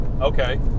Okay